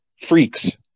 freaks